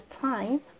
time